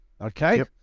Okay